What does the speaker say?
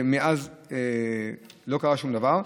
מאז לא קרה שום דבר.